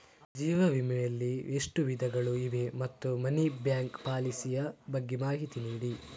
ಜೀವ ವಿಮೆ ಯಲ್ಲಿ ಎಷ್ಟು ವಿಧಗಳು ಇವೆ ಮತ್ತು ಮನಿ ಬ್ಯಾಕ್ ಪಾಲಿಸಿ ಯ ಬಗ್ಗೆ ಮಾಹಿತಿ ನೀಡಿ?